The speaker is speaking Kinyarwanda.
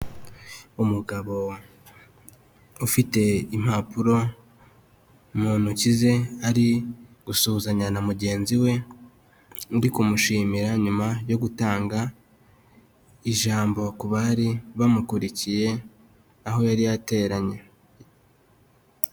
Umugabo ufite impapuro mu ntoki ze, ari gusuhuzanya na mugenzi we, ari kumushimira nyuma yo gutanga ijambo ku bari bamukurikiye aho yari yateranye.